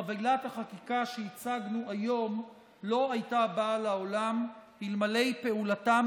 חבילת החקיקה שהצגנו היום לא הייתה באה לעולם אלמלא פעולתם